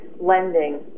lending